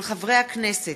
מאת חברי הכנסת